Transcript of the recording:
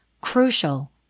crucial